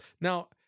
Now